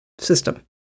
system